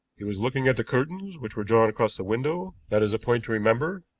he was looking at the curtains which were drawn across the window that is a point to remember,